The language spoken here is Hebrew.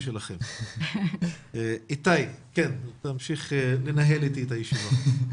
איתי תמשיך לנהל איתי את הישיבה.